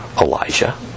Elijah